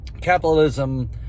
capitalism